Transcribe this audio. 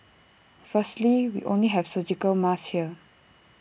firstly we only have surgical masks here